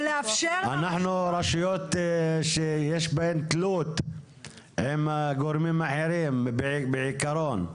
אנחנו רשויות שיש בהן תלות עם גורמים אחרים בעיקרון,